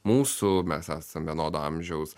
mūsų mes esam vienodo amžiaus